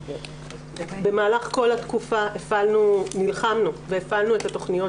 במהלך כל התקופה נלחמנו והפעלנו את התכניות